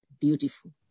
beautiful